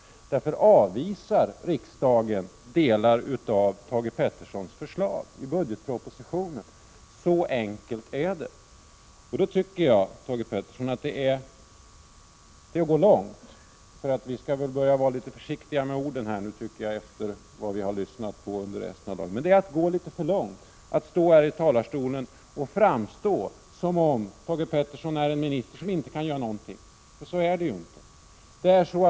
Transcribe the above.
Därför avvisar riksdagen delar av Thage Petersons förslag i budgetpropositionen. Så enkelt är det. Jag tycker att det är att gå litet för långt, Thage Peterson, för vi skall väl vara litet försiktiga med orden efter det vi har lyssnat till i dag, då Thage Peterson stått här i talarstolen och framställt sig som en minister som inte kan göra någonting. Så är det inte.